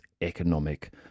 economic